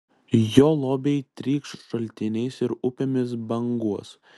jo lobiai trykš šaltiniais ir upėmis banguos